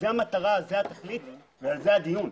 זו המטרה וזו התכלית ועל זה הדיון.